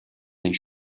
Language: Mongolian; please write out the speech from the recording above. байна